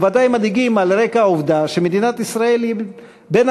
הם ודאי מדאיגים על רקע העובדה שמדינת ישראל היא בין